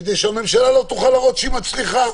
כדי שהממשלה לא תוכל להראות שהיא מצליחה.